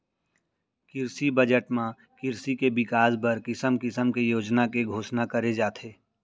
किरसी बजट म किरसी के बिकास बर किसम किसम के योजना के घोसना करे जाथे